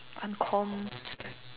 uncommon